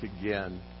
again